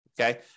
okay